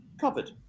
covered